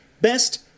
Best